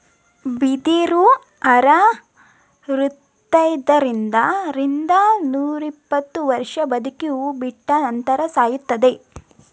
ಬಿದಿರು ಅರವೃತೈದರಿಂದ ರಿಂದ ನೂರಿಪ್ಪತ್ತು ವರ್ಷ ಬದುಕಿ ಹೂ ಬಿಟ್ಟ ನಂತರ ಸಾಯುತ್ತದೆ